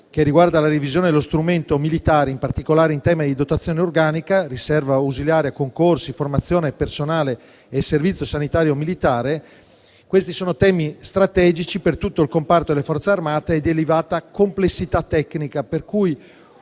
relativo alla revisione dello strumento militare, in particolare con riferimento alla dotazione organica (riserva ausiliare, concorsi, formazione del personale e servizio sanitario militare), tratta temi strategici per tutto il comparto delle Forze armate e di elevata complessità tecnica, per cui